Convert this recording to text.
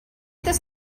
this